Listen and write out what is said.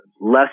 less